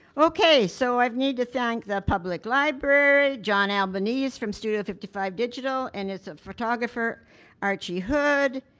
okay so i need to thank the public library, john albenies from studio fifty five digital, and his ah photographer archie hood.